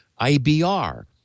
IBR